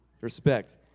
respect